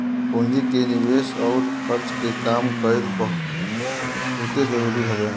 पूंजी के निवेस अउर खर्च के काम कईल बहुते जरुरी हवे